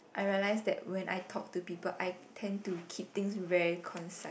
I realise that when I talk to people I tend to keep things very concise